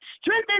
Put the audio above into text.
Strengthen